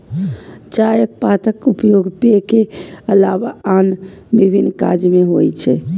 चायक पातक उपयोग पेय के अलावा आन विभिन्न काज मे होइ छै